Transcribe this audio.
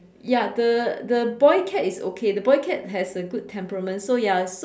ya the the boy cat is okay the boy cat has a good temperament so ya